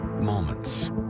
moments